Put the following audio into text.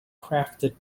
crafted